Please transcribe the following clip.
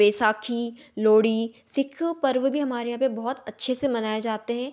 बैसाखी लोहड़ी सिख पर्व भी हमारे यहाँ पर बहुत अच्छे से मनाया ज़ाते है